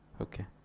Okay